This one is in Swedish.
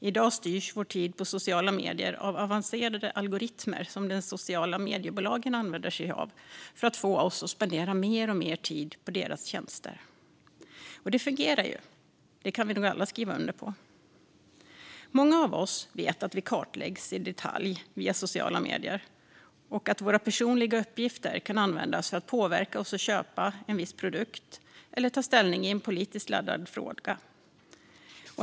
I dag styrs vår tid på sociala medier av avancerade algoritmer som mediebolagen använder sig av för att få oss att spendera mer och mer tid på deras tjänster. Och det fungerar ju; det kan vi nog alla skriva under på. Många av oss vet att vi kartläggs i detalj via sociala medier och att våra personliga uppgifter kan användas för att påverka oss att köpa en viss produkt eller ta ställning i en politiskt laddad fråga.